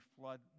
flood